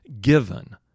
given